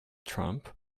trump